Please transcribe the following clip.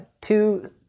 two